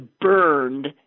burned